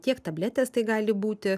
tiek tabletės tai gali būti